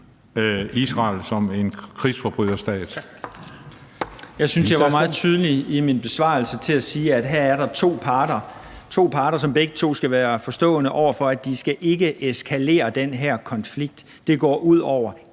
Møller Mortensen): Jeg synes, at jeg var meget tydelig i min besvarelse, hvor jeg sagde, at der her er to parter, som begge skal have forståelse for, at de ikke skal eskalere den her konflikt. Det går ud over